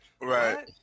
Right